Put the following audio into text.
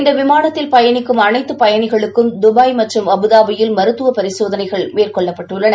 இந்த விமானத்தில் பயணிக்கும் அனைத்து பயணிகளுக்கும் துபாய் மற்றும் அபுதாபியில் மருத்துவப் பரிசோதனைகள் மேற்கொள்ளப்பட்டு உள்ளன